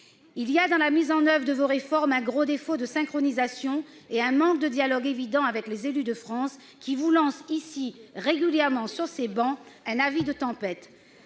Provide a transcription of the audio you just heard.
saigne ... La mise en oeuvre de vos réformes pâtit d'un gros défaut de synchronisation et d'un manque de dialogue évident avec les élus de France, qui vous lancent pourtant régulièrement sur ces travées un avis de tempête.